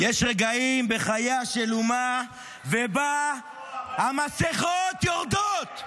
יש רגעים בחייה של אומה שבהם המסכות יורדות.